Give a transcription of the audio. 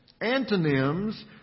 Antonyms